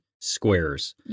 squares